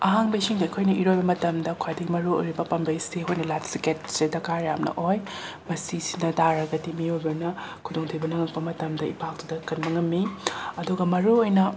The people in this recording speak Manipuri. ꯑꯍꯥꯡꯕ ꯏꯁꯤꯡꯗ ꯑꯩꯈꯣꯏꯅ ꯏꯔꯣꯏꯕ ꯃꯇꯝꯗ ꯈ꯭ꯋꯥꯏꯗꯒꯤ ꯃꯔꯨ ꯑꯣꯏꯔꯤꯕ ꯄꯥꯝꯕꯩꯁꯤ ꯑꯩꯈꯣꯏꯅ ꯂꯥꯏꯐ ꯖꯤꯀꯦꯠꯁꯤ ꯗꯔꯀꯥꯔ ꯌꯥꯝꯅ ꯑꯣꯏ ꯃꯁꯤ ꯁꯤꯖꯤꯟꯅ ꯇꯥꯔꯒꯗꯤ ꯃꯤꯑꯣꯏꯕꯅ ꯈꯨꯗꯣꯡ ꯊꯤꯕ ꯅꯪꯉꯛꯄ ꯃꯇꯝꯗ ꯏꯄꯥꯛꯇꯨꯗ ꯀꯟꯕ ꯉꯝꯃꯤ ꯑꯗꯨꯒ ꯃꯔꯨ ꯑꯣꯏꯅ